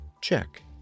Check